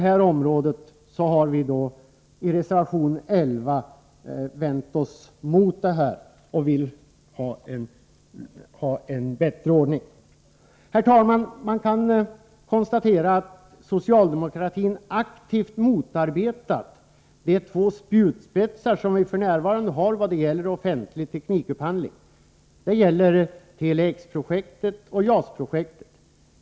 I reservation 11 har vi vänt oss mot detta och vill ha en bättre ordning. Herr talman! Man kan konstatera att socialdemokratin aktivt motarbetat de två spjutspetsar vi f.n. har vad gäller offentlig teknikupphandling. Det gäller Tele-X-projektet och JAS-projektet.